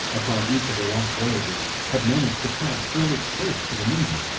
upon each of her last voyages, had managed to pass fairly close to the moon.